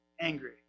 angry